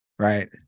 Right